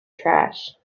trash